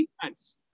defense